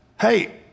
hey